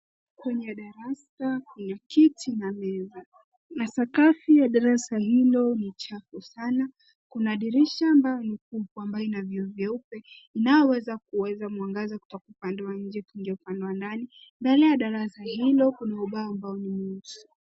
Kwenye darasa kuna kiti na meza na sakafu ya darasa hilo ni chafu sana. Kuna dirisha ambayo ni kubwa ambayo ina vioo vyeupe inayoweza kuweza mwangaza kutoka upande wa nje kuingia upande wa ndani. Mbele ya darasa hilo kuna ubao ambao ni mweusi.